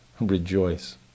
rejoice